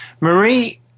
Marie